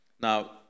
Now